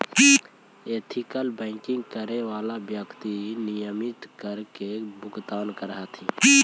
ethical banking करे वाला व्यक्ति नियमित कर के भुगतान करऽ हथिन